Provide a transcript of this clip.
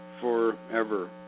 forever